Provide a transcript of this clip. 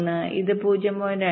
1 ഇത് 0